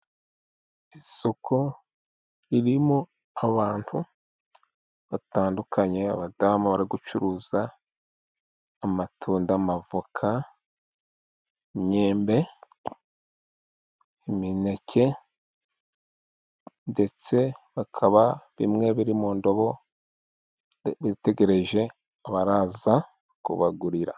Isoko ririmo abantu batandukanye, abadamu bari gucuruza amatunda, amavoka, imyembe, imineke ndetse bikaba bimwe biri mu ndobo bitegereje abaraza kubagurira.